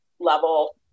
level